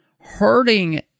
hurting